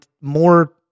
more